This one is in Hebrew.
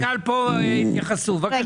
יתייחסו פה.